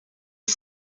for